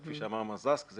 כפי שאמר מר זקס, זה